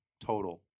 total